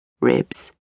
Ribs